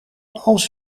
als